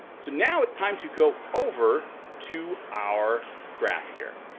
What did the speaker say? so now it's time to go over to our graph here.